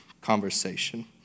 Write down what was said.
conversation